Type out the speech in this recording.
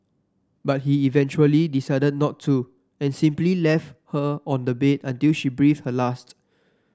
but he eventually decided not to and simply left her on the bed until she breathed her last